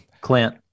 Clint